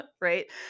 right